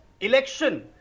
election